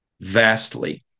vastly